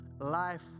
life